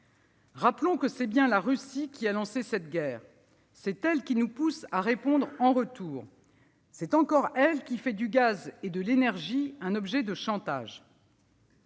Rappelons que c'est bien la Russie qui a lancé cette guerre. C'est elle qui nous pousse à répondre en retour. C'est encore elle qui fait du gaz et de l'énergie un objet de chantage.